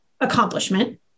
accomplishment